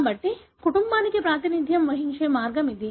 కాబట్టి కుటుంబానికి ప్రాతినిధ్యం వహించే మార్గం ఇది